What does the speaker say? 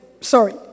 Sorry